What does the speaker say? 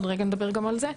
עוד רגע נדבר גם על זה,